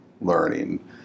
learning